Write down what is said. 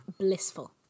blissful